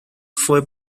fue